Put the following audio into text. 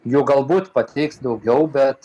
jų galbūt pateiks daugiau bet